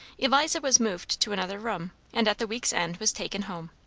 eliza was moved to another room, and at the week's end was taken home.